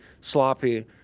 sloppy